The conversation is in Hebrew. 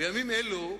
בימים אלו,